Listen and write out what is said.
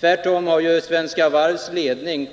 Tvärtom har ju Svenska Varvs ledning